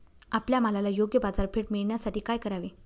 आपल्या मालाला योग्य बाजारपेठ मिळण्यासाठी काय करावे?